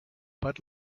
but